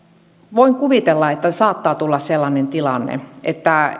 voin kuvitella että saattaa tulla sellainen tilanne että